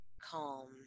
calm